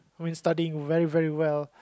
when studying very very well